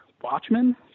Watchmen